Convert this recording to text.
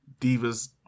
divas